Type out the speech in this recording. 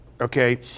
okay